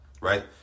right